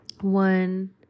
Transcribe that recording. one